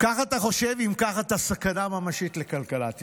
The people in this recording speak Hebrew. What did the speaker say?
כך אתה חושב, אם כך, אתה סכנה ממשית לכלכלת ישראל,